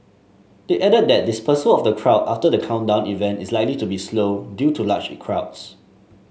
they added that dispersal of the crowd after the countdown event is likely to be slow due to large crowds